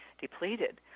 depleted